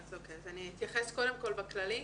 אז אני אתייחס קודם כל בכללי,